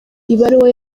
ibaruwa